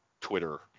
Twitter